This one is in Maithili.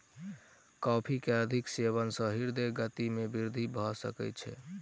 कॉफ़ी के अधिक सेवन सॅ हृदय गति में वृद्धि भ सकै छै